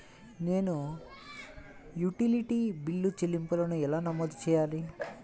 నేను utility bill చెల్లింపులను ఎలా నమోదు చేయాలి?